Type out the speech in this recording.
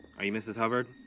are you mrs hubbard?